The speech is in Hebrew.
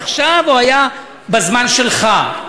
עכשיו היה או בזמן שלך?